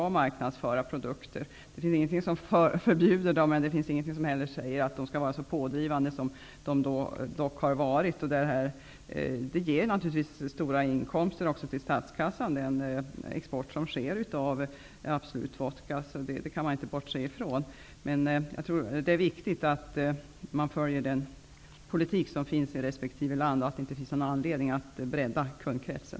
Det finns ingenting som förbjuder dem, men det finns heller ingenting som säger att de skall vara så pådrivande som de dock har varit. Det kan vi inte bortse ifrån. Det är viktigt att man följer den politik som finns i resp. land. Det finns ingen anledning att bredda kundkretsen.